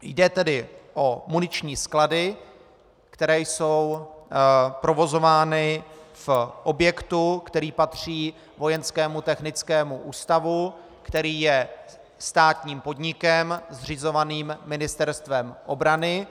Jde tedy o muniční sklady, které jsou provozovány v objektu, který patří Vojenskému technickému ústavu, který je státním podnikem zřizovaným Ministerstvem obrany.